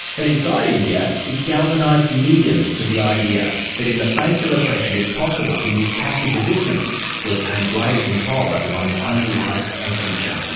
and inside india, it galvanised galvanised millions to the idea that in the face of oppression, it's possible to use passive resistance to obtain greater control over one's own life and future.